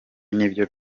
nibyo